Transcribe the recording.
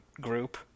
group